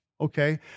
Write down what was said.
Okay